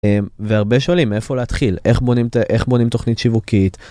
והרבה שואלים איפה להתחיל, איך בונים תוכנית שיווקית.